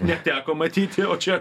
neteko matyti o čia